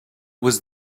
was